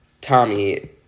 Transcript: Tommy